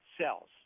cells